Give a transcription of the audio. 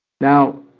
Now